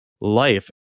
life